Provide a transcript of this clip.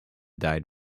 died